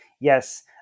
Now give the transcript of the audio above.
Yes